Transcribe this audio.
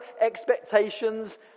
expectations